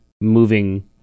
moving